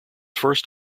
first